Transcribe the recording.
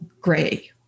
gray